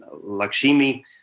Lakshmi